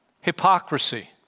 Hypocrisy